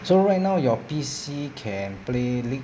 so right now your P_C can play league